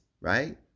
right